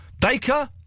Baker